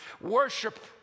worship